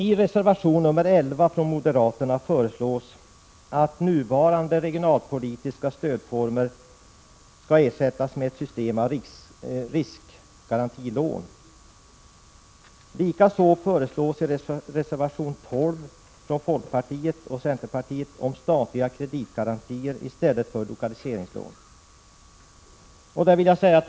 I reservation 11 från moderaterna föreslås att nuvarande regionalpolitiska stödformer skall ersättas med ett system av riskgarantilån. I reservation 12 från folkpartiet och centerpartiet föreslås statliga kreditgarantier i stället för lokaliseringslån.